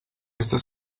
estas